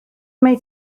mai